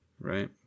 Right